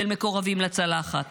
של מקורבים לצלחת.